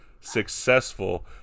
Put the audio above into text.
Successful